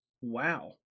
Wow